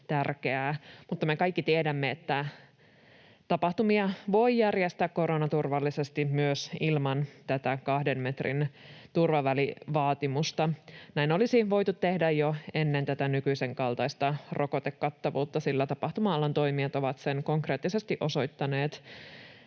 Mutta me kaikki tiedämme, että tapahtumia voi järjestää koronaturvallisesti myös ilman tätä kahden metrin turvavälivaatimusta. Näin olisi voitu tehdä jo ennen tätä nykyisenkaltaista rokotekattavuutta, sillä tapahtuma-alan toimijat ovat konkreettisesti osoittaneet